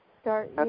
Start